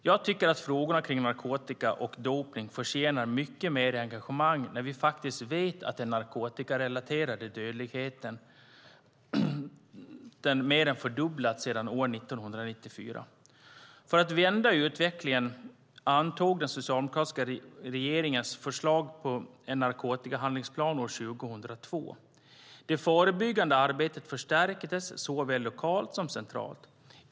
Jag tycker att frågorna kring narkotika och dopning förtjänar mycket mer engagemang när vi faktiskt vet att den narkotikarelaterade dödligheten har mer än fördubblats sedan år 1994. För att vända utvecklingen antogs på den socialdemokratiska regeringens förslag en narkotikahandlingsplan 2002. Det förebyggande arbetet förstärktes, såväl lokalt som centralt.